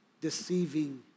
deceiving